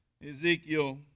Ezekiel